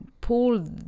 pull